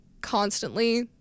constantly